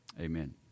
Amen